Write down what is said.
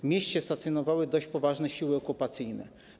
W mieście stacjonowały dość poważne siły okupacyjne.